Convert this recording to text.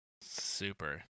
Super